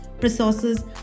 resources